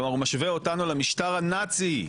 כלומר הוא משווה אותנו למשטר הנאצי.